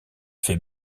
fait